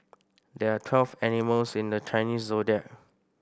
there are twelve animals in the Chinese Zodiac